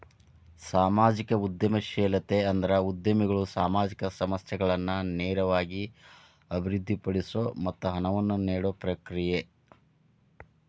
ಸಾಮಾಜಿಕ ಉದ್ಯಮಶೇಲತೆ ಅಂದ್ರ ಉದ್ಯಮಿಗಳು ಸಾಮಾಜಿಕ ಸಮಸ್ಯೆಗಳನ್ನ ನೇರವಾಗಿ ಅಭಿವೃದ್ಧಿಪಡಿಸೊ ಮತ್ತ ಹಣವನ್ನ ನೇಡೊ ಪ್ರಕ್ರಿಯೆ